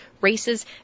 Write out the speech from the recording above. races